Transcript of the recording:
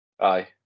Aye